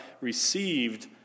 received